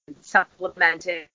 Supplementing